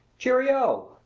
cheero!